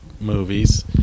movies